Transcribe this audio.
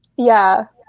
yeah,